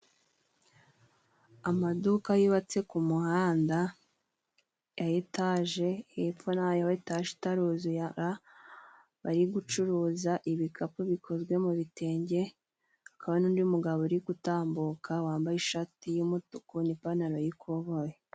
Amaduka yubatse ku muhanda，ya etage hepfo naho hari etaje itaruzura， bari gucuruza ibikapu bikozwe mu bitenge， hakaba n'undi mugabo uri gutambuka，wambaye ishati y’umutuku n ’ipanantaro y’ikoboyi.